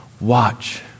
watch